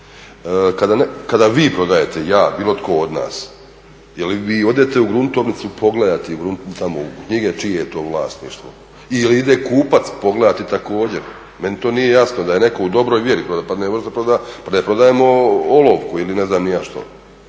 Kada vi prodajete, ja, bilo tko od nas, je li vi odete u gruntovnicu pogledati, tamo u knjige, čije je to vlasništvo? Ili ide kupac pogledati također? Meni to nije jasno da je netko u dobroj vjeri, pa ne može da proda, pa ne prodajemo olovku ili ne znam ni ja što.